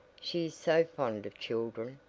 she is so fond of children,